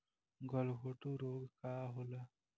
गलघोंटु रोग का होला?